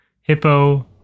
Hippo